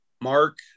Mark